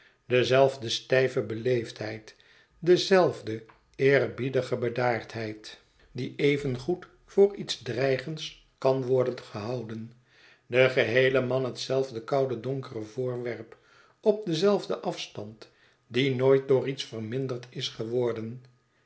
dezelfde stijve beleefdheid dezelfde eerbiedige bedaardheid die evengoed voor iets dreigends kan worden gehouden de geheele man hetzelfde koude donkere voorwerp op denzelfden afstand die nooit door iets verminderd is geworden